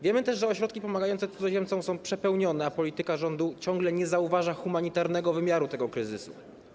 Wiemy też, że ośrodki pomagające cudzoziemcom są przepełnione, a polityka rządu ciągle nie zauważa humanitarnego wymiaru tego kryzysu.